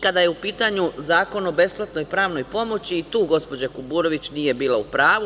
Kada je u pitanju Zakon o besplatnoj pravnoj pomoći, i tu gospođa Kuburović nije bila upravu.